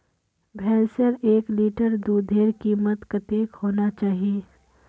भैंसेर एक लीटर दूधेर कीमत कतेक होना चही?